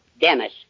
Dennis